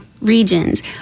regions